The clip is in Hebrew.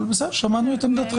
אבל בסדר, שמענו את עמדתכם.